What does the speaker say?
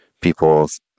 people's